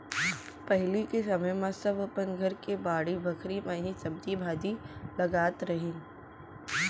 पहिली के समे म सब अपन घर के बाड़ी बखरी म ही सब्जी भाजी लगात रहिन